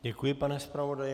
Děkuji, pane zpravodaji.